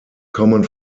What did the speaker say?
kommen